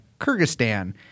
Kyrgyzstan